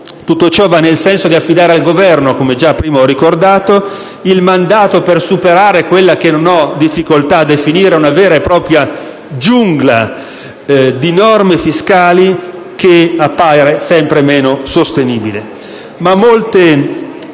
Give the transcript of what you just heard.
Tutto ciò va nel senso di affidare al Governo, come ho già ricordato, il mandato per superare quella che non ho difficoltà a definire una vera e propria giungla di norme fiscali, che appare sempre meno sostenibile.